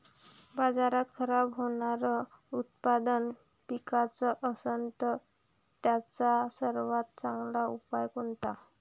बाजारात खराब होनारं उत्पादन विकाच असन तर त्याचा सर्वात चांगला उपाव कोनता?